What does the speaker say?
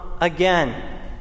again